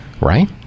Right